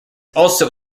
also